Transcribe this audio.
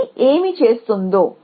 ఇది ఏమి చేస్తుందో